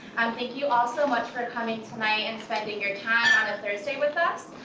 thank you all so much for coming tonight, and spending your time on a thursday with us.